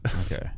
Okay